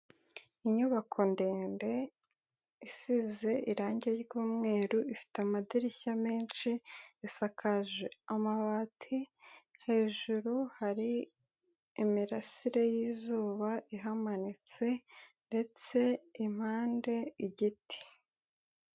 Inyubako ndende isize irangi ry'umweru, ifite amadirishya menshi, isakaje amabati, hejuru hari imirasire y'izuba ihamanitse ndetse impande igiti.